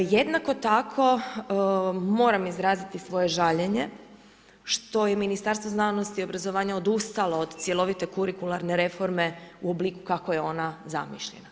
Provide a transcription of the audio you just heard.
Jednako tako, moram izraziti svoje žaljenje što je Ministarstvo znanosti i obrazovanja odustalo od cjelovite kurikularne reforme u obliku kako je ona zamišljena.